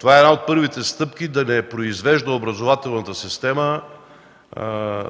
Това е една от първите стъпки образователната система